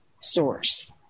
source